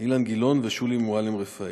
אילן גילאון ושולי מועלם-רפאלי.